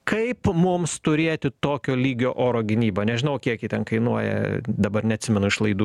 kaip mums turėti tokio lygio oro gynybą nežinau kiek ji ten kainuoja dabar neatsimenu išlaidų